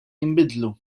jinbidlu